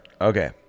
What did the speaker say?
Okay